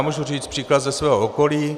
Můžu říct příklad ze svého okolí.